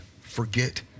forget